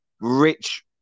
rich